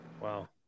Wow